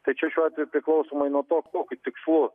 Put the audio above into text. tai čia šiuo atveju priklausomai nuo to kokiu tikslu